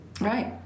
Right